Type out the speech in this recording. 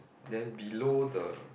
then below the